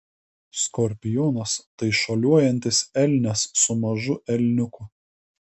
skorpionas tai šuoliuojantis elnias su mažu elniuku